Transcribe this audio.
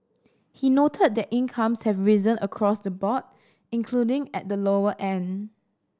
he noted that incomes have risen across the board including at the lower end